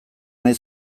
nahi